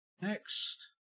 Next